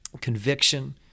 conviction